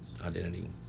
identity